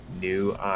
new